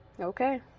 okay